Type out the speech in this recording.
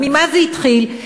וממה זה התחיל?